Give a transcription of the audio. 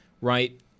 right